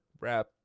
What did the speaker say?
wrap